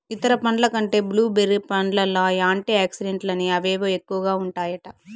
ఇతర పండ్ల కంటే బ్లూ బెర్రీ పండ్లల్ల యాంటీ ఆక్సిడెంట్లని అవేవో ఎక్కువగా ఉంటాయట